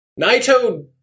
Naito